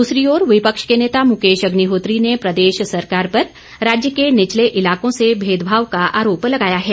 दूसरी ओर विपक्ष के नेता मुकेश अग्निहोत्री ने प्रदेश सरकार पर राज्य के निचले इलाकों से भेदभाव का आरोप लगाया है